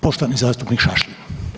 Poštovani zastupnik Šašlin.